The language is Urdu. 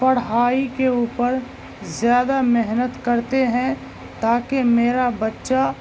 پڑھائی کے اوپر زیادہ محنت کرتے ہیں تاکہ میرا بچہ